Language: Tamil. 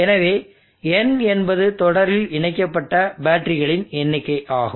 எனவே n என்பது தொடரில் இணைக்கப்பட்ட பேட்டரிகளின் எண்ணிக்கை ஆகும்